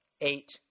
eight